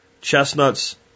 chestnuts